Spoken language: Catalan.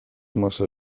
massa